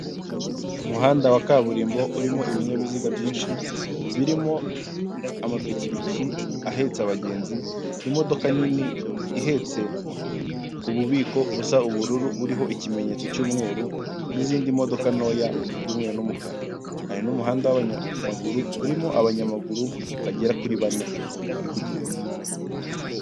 Umuhanda wa kaburimbo urimo ibinyabiziga byinshi, birimo amapikipiki ahetse abagenzi, imodoka nini ihetse ububiko busa ubururu buriho ikimenyetso cy'umweru n'izindi modoka ntoya z'umweru n'umukara, hari n'umuhanda w'abanyamaguru urimo abanyamaguru bagera kuri bane bari kugenda.